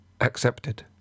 accepted